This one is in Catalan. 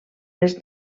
les